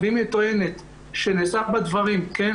ואם היא טוענת שנעשו בה דברים, כן?